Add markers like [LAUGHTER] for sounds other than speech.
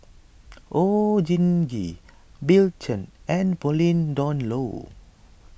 [NOISE] Oon Jin Gee Bill Chen and Pauline Dawn Loh